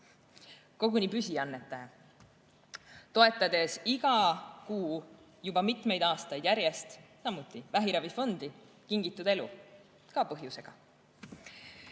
koguni püsiannetaja, toetades iga kuu juba mitmeid aastaid järjest samuti vähiravifondi Kingitud Elu. Ka põhjusega.